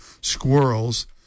squirrels